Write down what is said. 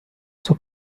sua